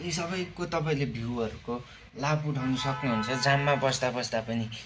यी सबैको तपाईँहरूले भ्युहरूको लाभ उठाउन सक्नुहुन्छ जाममा बस्दा बस्दा पनि